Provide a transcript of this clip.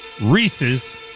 Reese's